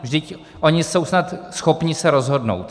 Vždyť oni jsou snad schopni se rozhodnout.